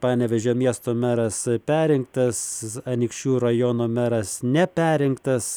panevėžio miesto meras perrinktas anykščių rajono meras neperrinktas